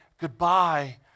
goodbye